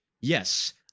Yes